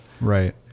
Right